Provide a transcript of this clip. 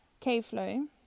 KFlow